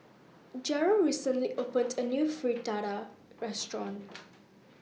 Jerrell recently opened A New Fritada Restaurant